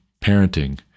parenting